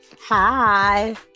Hi